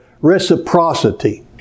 reciprocity